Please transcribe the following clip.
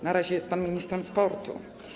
Na razie jest pan ministrem sportu.